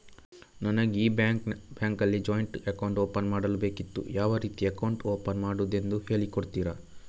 ನನಗೆ ಈ ಬ್ಯಾಂಕ್ ಅಲ್ಲಿ ಜಾಯಿಂಟ್ ಅಕೌಂಟ್ ಓಪನ್ ಮಾಡಲು ಬೇಕಿತ್ತು, ಯಾವ ರೀತಿ ಅಕೌಂಟ್ ಓಪನ್ ಮಾಡುದೆಂದು ಹೇಳಿ ಕೊಡುತ್ತೀರಾ?